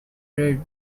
red